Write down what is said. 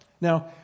Now